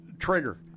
Trigger